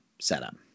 setup